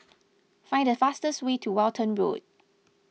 find the fastest way to Walton Road